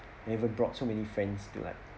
even brought so many friends to like